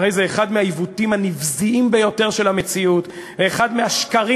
הרי זה אחד מהעיוותים הנבזיים ביותר של המציאות ואחד מהשקרים